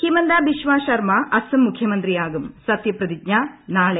ഹിമന്ദ ബിശ്വ ശർമ അസം മുഖ്യമന്ത്രിയാകും സത്യപ്രതിജ്ഞ നാളെ